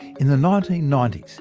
in the nineteen ninety s,